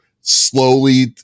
slowly